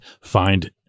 find